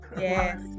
Yes